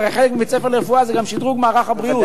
הרי בית-ספר לרפואה זה גם שדרוג מערך הבריאות.